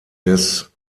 des